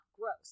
gross